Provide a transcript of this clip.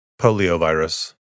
Poliovirus